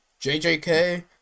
JJK